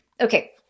Okay